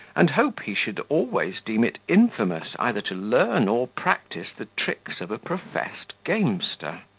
and hoped he should always deem it infamous either to learn or practise the tricks of a professed gamester.